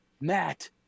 Matt